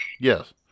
Yes